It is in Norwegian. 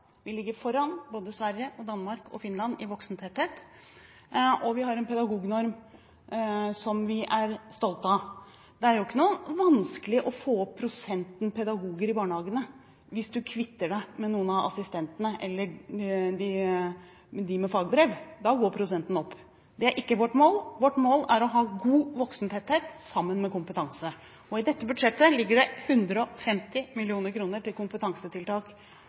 Vi ligger foran både Sverige, Danmark og Finland i voksentetthet, og vi har en pedagognorm som vi er stolt av. Det er ikke vanskelig å få opp prosentdelen pedagoger i barnehagene hvis du kvitter deg med noen av assistentene eller dem med fagbrev. Da går prosenten opp. Det er ikke vårt mål. Vårt mål er å ha god voksentetthet, sammen med kompetanse, og i dette budsjettet ligger det 150 mill. kr til kompetansetiltak